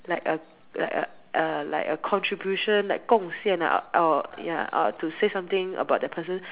like a like a a like a contribution like 贡献 ah or ya uh to say something about the person